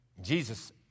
Jesus